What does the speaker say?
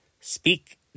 speak